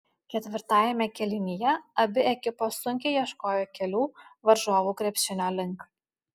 ketvirtajame kėlinyje abi ekipos sunkiai ieškojo kelių varžovų krepšinio link